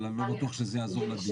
אבל אני לא בטוח שזה יעזור לדיון.